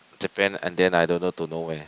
Japan and then I don't know to nowhere